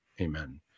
Amen